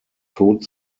tod